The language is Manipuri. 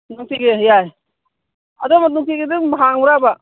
ꯅꯨꯡꯇꯤꯒꯤ ꯌꯥꯏ ꯑꯗꯣ ꯅꯨꯡꯇꯤꯒꯤꯗꯤ ꯑꯗꯨꯝ ꯍꯥꯡꯕ꯭ꯔꯥꯕ